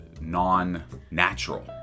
non-natural